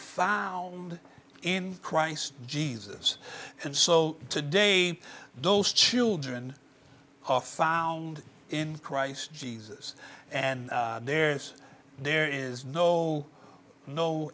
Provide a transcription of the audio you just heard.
found in christ jesus and so to day those children are found in christ jesus and there's there is no no